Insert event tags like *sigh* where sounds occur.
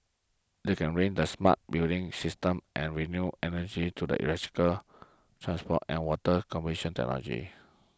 they can ring the smart building systems and renewable energy to electric transport and water conservation *unintelligible*